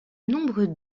nombreux